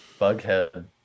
bughead